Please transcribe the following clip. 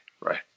right